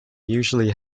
usually